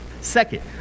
Second